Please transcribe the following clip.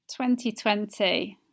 2020